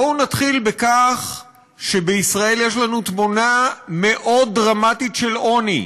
בואו נתחיל בכך שבישראל יש לנו תמונה מאוד דרמטית של עוני,